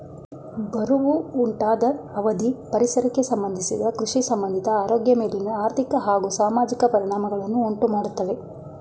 ಬರವು ಉಂಟಾದ ಅವಧಿ ಪರಿಸರಕ್ಕೆ ಸಂಬಂಧಿಸಿದ ಕೃಷಿಸಂಬಂಧಿತ ಆರೋಗ್ಯ ಮೇಲಿನ ಆರ್ಥಿಕ ಹಾಗೂ ಸಾಮಾಜಿಕ ಪರಿಣಾಮಗಳನ್ನು ಉಂಟುಮಾಡ್ತವೆ